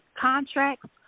contracts